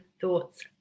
Thoughts